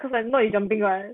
cause I'm not in jumping [what]